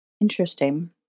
interesting